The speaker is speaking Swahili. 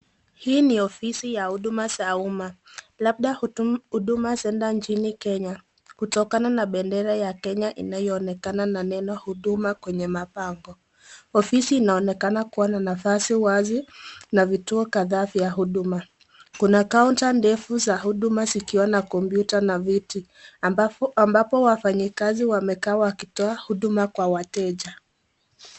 Hii ni ofisi ya huduma za umma. Labda huduma [centre] nchini Kenya, kutokana na bendera ya Kenya inayoonekana na neno huduma kwenye mabango. Ofisi inaonekana kuwa na nafasi wazi na vituo kadhaa vya huduma. Kuna kaunta ndefu za huduma zikiwa na kompyuta na viti ambapo wafanyikazi wamekaa wakitoa huduma kwa wateja.